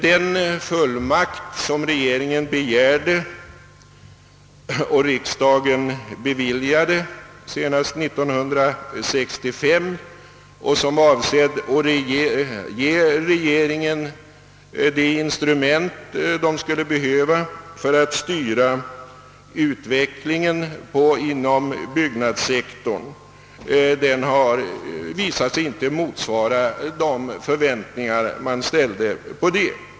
Den fullmakt, som regeringen begärde och riksdagen beviljade senast 1965 och som avsåg att ge regeringen det instrument den skulle behöva för att styra utvecklingen inom byggnadssektorn, har visat sig inte motsvara de förväntningar man ställde på den.